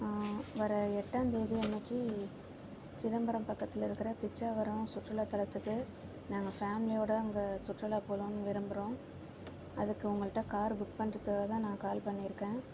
வர எட்டாந்தேதி அன்னிக்கு சிதம்பரம் பக்கத்தில் இருக்கிற பிச்சாவரம் சுற்றுலா தலத்துக்கு நாங்கள் ஃபேமிலியோடு அங்கே சுற்றுலா போகலானு விரும்புகிறோம் அதுக்கு உங்ககிட்ட கார் புக் பண்றதுக்காகதான் நான் கால் பண்ணியிருக்கேன்